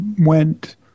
went